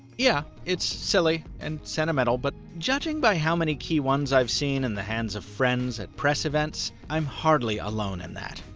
yeah, it's silly and sentimental, but judging by how many keyones i've seen in the hands of friends and press events, i'm hardly alone in that.